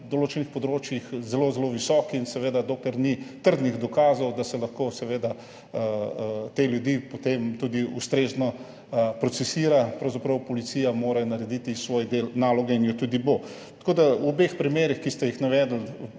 določenih področjih zelo zelo visok in dokler ni trdnih dokazov, da se lahko te ljudi potem tudi ustrezno procesira, pravzaprav policija mora narediti svoj del naloge in ga tudi bo. V obeh primerih, ki ste ju navedli,